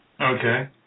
Okay